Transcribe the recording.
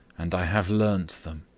and i have learnt them.